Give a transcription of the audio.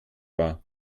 war